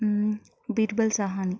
Birbal Sahani